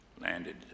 landed